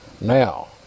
Now